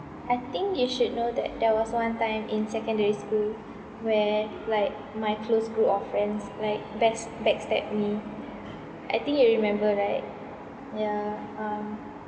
I think you should know that there was one time in secondary school where like my close group of friends like bas~ back stab me I think you remember right yeah um